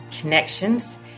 connections